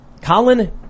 Colin